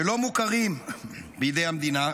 שלא מוכרים בידי המדינה,